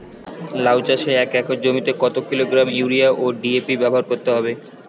লাউ চাষে এক একর জমিতে কত কিলোগ্রাম ইউরিয়া ও ডি.এ.পি ব্যবহার করতে হবে?